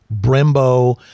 Brembo